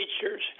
teachers